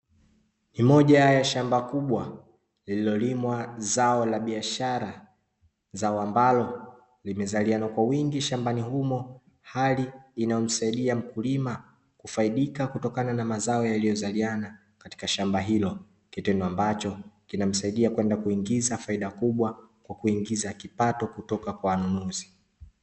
Ni moja ya shamba kubwa, lililolimwa zao la biashara, zao ambalo limezaliana kwa wingi shambani humo, hali inayomsaidia mkulima kufaidika kutokana kutokana na mazao yaliyozaliana katika shamba hilo, kitendo ambacho kinamsaidia kwenda kuingiza faida kubwa, kwa kuingiza kipato kutoka kwa wanunuzi.